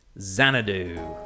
Xanadu